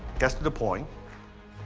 gets to the point.